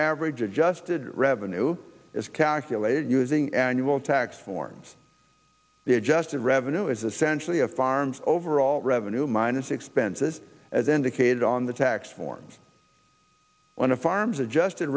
average adjusted revenue is calculated using annual tax forms the adjusted revenue is essentially a farm overall revenue minus expenses as indicated on the tax forms on the farms adjusted